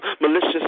malicious